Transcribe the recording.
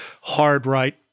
hard-right